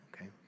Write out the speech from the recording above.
okay